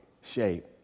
shape